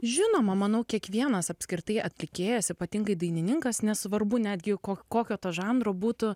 žinoma manau kiekvienas apskritai atlikėjas ypatingai dainininkas nesvarbu netgi ko kokio to žanro būtų